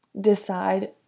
decide